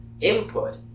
input